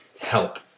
help